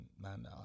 man